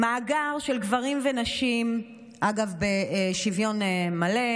מאגר של גברים ונשים, אגב, בשוויון מלא.